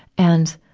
and,